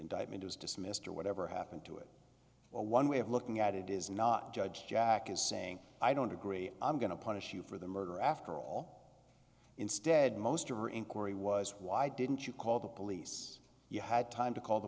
indictment was dismissed or whatever happened to it or one way of looking at it is not judge jack is saying i don't agree i'm going to punish you for the murder after all instead most of our inquiry was why didn't you call the police you had time to call the